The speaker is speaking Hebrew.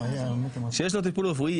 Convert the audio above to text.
שיש לו טיפול רפואי,